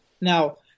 now